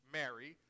mary